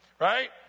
Right